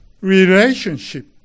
relationship